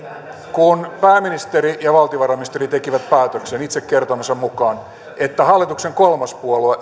kun pääministeri ja valtiovarainministeri tekivät päätöksen itse kertomansa mukaan että hallituksen kolmas puolue